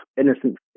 innocent